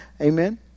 Amen